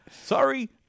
sorry